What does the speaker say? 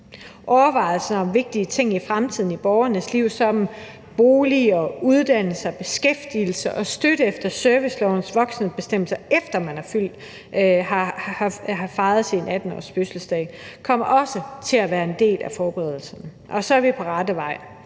Overvejelser om vigtige ting i fremtiden i borgernes liv som bolig, uddannelse, beskæftigelse og støtte efter servicelovens voksenbestemmelser, efter man har fejret sin 18-årsfødselsdag, kommer også til at være en del af forberedelsen, og så er vi på rette vej,